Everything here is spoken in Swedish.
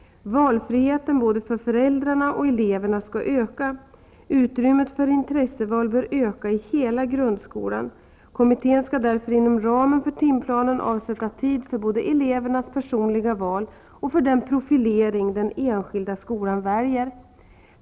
Valfriheten både för föräldrarna och eleverna skall öka. Utrymmet för intresseval bör öka i hela grundskolan. Kommittén skall därför inom ramen för timplanen avsätta tid för både elevernas personliga val och för den profilering den enskilda skolan väljer.